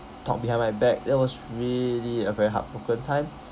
talk behind my back that was really a very heartbroken time